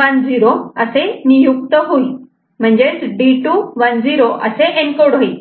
10 असे नियुक्त होईल म्हणजेच D2 10 असे एनकोड होईल